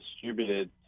distributed